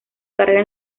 carrera